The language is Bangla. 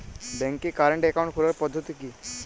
ব্যাংকে কারেন্ট অ্যাকাউন্ট খোলার পদ্ধতি কি?